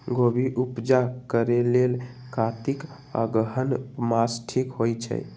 गोभि उपजा करेलेल कातिक अगहन मास ठीक होई छै